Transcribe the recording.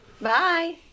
Bye